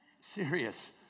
Serious